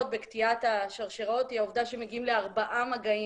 בקטיעת השרשראות היא העובדה שמגיעים לארבעה מגעים,